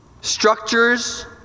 structures—